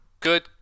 Good